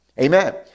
Amen